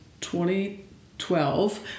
2012